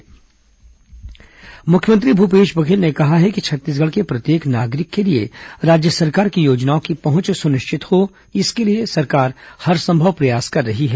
मुख्यमंत्री घासीदास जयंती मुख्यमंत्री भूपेश बघेल ने कहा है कि छत्तीसगढ़ के प्रत्येक नागरिक के लिए राज्य सरकार की योजनाओं की पहंच सुनिश्चित हो इसके लिए सरकार हरसंभव प्रयास कर रही है